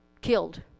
killed